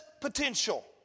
potential